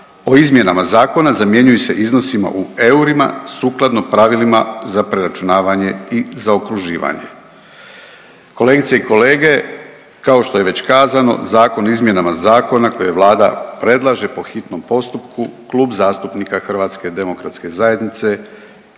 o izmjenama zakona zamjenjuju se iznosima u eurima sukladno pravilima za preračunavanje i zaokruživanje. Kolegice i kolege kao što je već kazano Zakon o izmjenama zakona koje vlada predlaže po hitnom postupku Klub zastupnika HDZ-a podržat će kako je